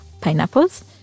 pineapples